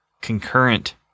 concurrent